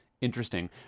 interesting